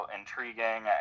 intriguing